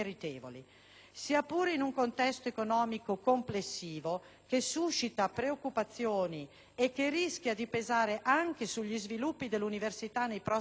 Sia pure in un contesto economico complessivo che suscita preoccupazioni e che rischia di pesare anche sugli sviluppi dell'università nei prossimi anni,